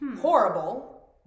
Horrible